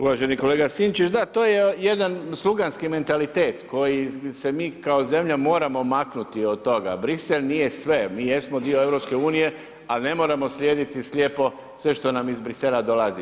Uvaženi kolega Sinčić, da, to je jedan sluganski mentalitet koji se mi kao zemlja moramo maknuti od toga, Bruxelles nije sve, mi jesmo dio EU-a ali ne moramo slijediti slijepo sve što nam iz Bruxellesa dolazi.